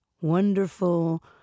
wonderful